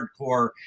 hardcore